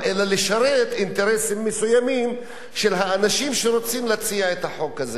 אלא לשרת אינטרסים מסוימים של האנשים שרוצים להציע את החוק הזה.